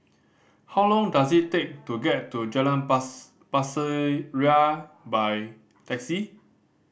how long does it take to get to Jalan Pasir Ria by taxi